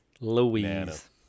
Louise